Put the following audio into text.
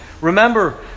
Remember